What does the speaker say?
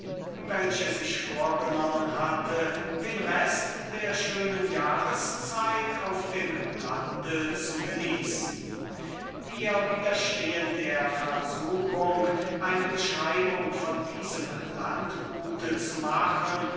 welche sich vorgenommen hatte den rest der schönen jahrszeit auf dem lande zu genießen wir widerstehen der versuchung eine beschreibung von diesem landgut zu machen